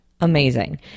amazing